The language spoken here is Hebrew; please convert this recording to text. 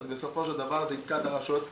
אז בסופו של דבר זה יתקע את הרשויות המקומיות.